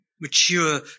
mature